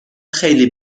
خیلی